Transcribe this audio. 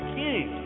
king